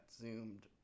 zoomed